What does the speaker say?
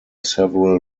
several